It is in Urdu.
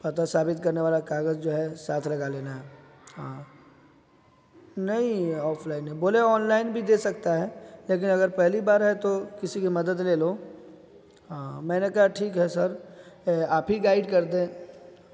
پتہ ثابت کرنے والا کاغذ جو ہے ساتھ لگا لینا ہے ہاں نہیں آفلائن بولے آنلائن بھی دے سکتا ہے لیکن اگر پہلی بار ہے تو کسی کی مدد لے لو ہاں میں نے کہا ٹھیک ہے سر آپ ہی گائیڈ کر دیں